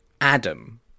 Adam